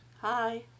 Hi